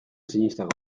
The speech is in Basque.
sinesteko